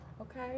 Okay